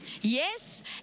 Yes